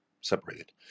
separated